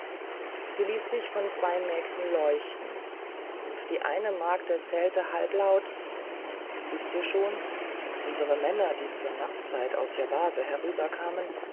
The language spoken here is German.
sie ließ sich von zwei mägden leuchten und die eine magd erzählte halblaut wißt ihr schon unsere männer die zur nachtzeit aus yabase herüberkamen